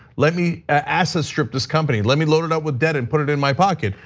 let me asset strip this company, let me load it up with debt and put it in my pocket.